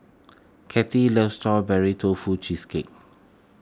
Kattie loves Strawberry Tofu Cheesecake